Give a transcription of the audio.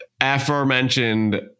aforementioned